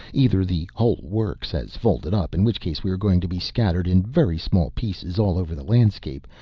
either the whole works has folded up in which case we are going to be scattered in very small pieces all over the landscape,